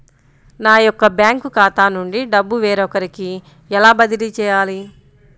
నా యొక్క బ్యాంకు ఖాతా నుండి డబ్బు వేరొకరికి ఎలా బదిలీ చేయాలి?